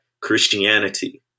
Christianity